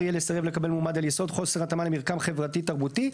יהיה לסרב לקבל מועמד על יסוד חוסר התאמה למרקם חברתי תרבותי,